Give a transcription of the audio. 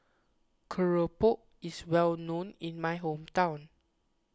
Keropok is well known in my hometown